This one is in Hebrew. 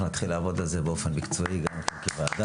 אנחנו נתחיל לעבוד על זה באופן מקצועי גם כוועדה.